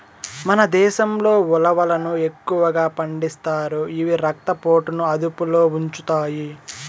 మన దేశంలో ఉలవలను ఎక్కువగా పండిస్తారు, ఇవి రక్త పోటుని అదుపులో ఉంచుతాయి